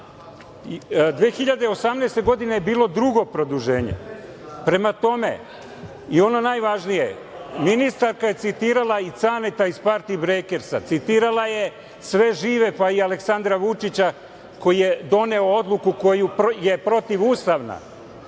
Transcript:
2018. godine je bilo drugo produženje. Prema tome, i ono najvažnije, ministarka je citirala i Caneta iz Partibrejkersa, citirala je sve žive pa i Aleksandra Vučića koji je doneo odluku koja je protivustavna